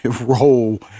role